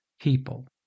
people